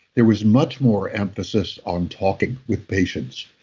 there was much more emphasis on talking with patients.